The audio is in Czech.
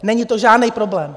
Není to žádný problém.